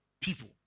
people